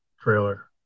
trailer